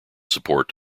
support